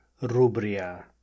Rubria